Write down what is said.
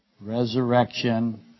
resurrection